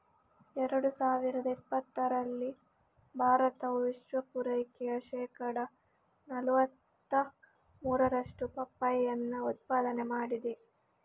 ಎರಡು ಸಾವಿರದ ಇಪ್ಪತ್ತರಲ್ಲಿ ಭಾರತವು ವಿಶ್ವ ಪೂರೈಕೆಯ ಶೇಕಡಾ ನಲುವತ್ತ ಮೂರರಷ್ಟು ಪಪ್ಪಾಯಿಯನ್ನ ಉತ್ಪಾದನೆ ಮಾಡಿದೆ